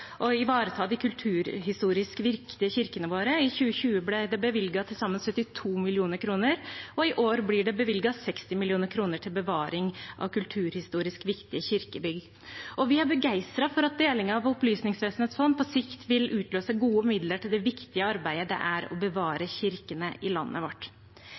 å ivareta de kulturhistorisk viktige kirkene våre. I 2020 ble det bevilget til sammen 72 mill. kr, og i år blir det bevilget 60 mill. kr til bevaring av kulturhistorisk viktige kirkebygg. Vi er begeistret for at delingen av Opplysningsvesenets fond på sikt vil utløse gode midler til det viktige arbeidet det er å bevare kirkene i landet vårt.